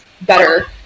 better